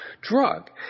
drug